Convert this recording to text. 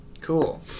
Cool